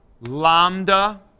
lambda